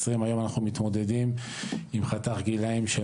20 היום אנחנו מתמודדים עם חתך גילאים של